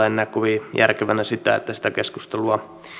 en näe kovin järkevänä sitä että yksittäisten ohjelmien osalta keskustelua